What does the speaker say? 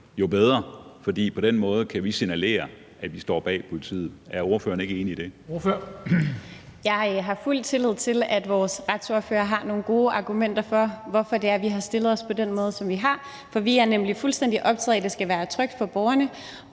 Formanden (Henrik Dam Kristensen): Ordføreren. Kl. 13:48 Victoria Velasquez (EL): Jeg har fuld tillid til, at vores retsordfører har nogle gode argumenter for, hvorfor vi har stillet os på den måde, som vi har. For vi er nemlig fuldstændig optaget af, at det skal være trygt for borgerne,